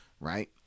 right